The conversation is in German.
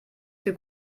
für